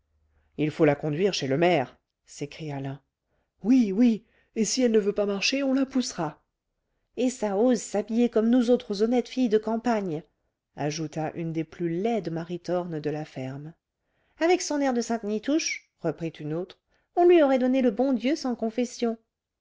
il faut la conduire chez le maire s'écria l'un oui oui et si elle ne veut pas marcher on la poussera et ça ose s'habiller comme nous autres honnêtes filles de campagne ajouta une des plus laides maritornes de la ferme avec son air de sainte-nitouche reprit une autre on lui aurait donné le bon dieu sans confession